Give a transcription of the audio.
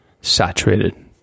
saturated